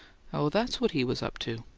oh, that's what he was up to!